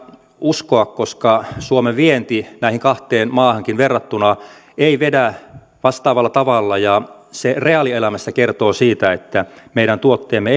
uskoa koska suomen vienti näihin kahteen maahankin verrattuna ei vedä vastaavalla tavalla ja se reaalielämässä kertoo siitä että meidän tuotteemme